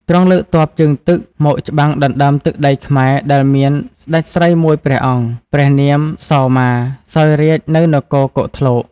ទ្រង់លើកទ័ពជើងទឹកមកច្បាំងដណ្ដើមទឹកដីខ្មែរដែលមានស្ដេចស្រីមួយព្រះអង្គព្រះនាម សោមា សោយរាជ្យនៅនគរគោកធ្លក។